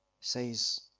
says